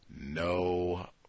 no